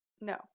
No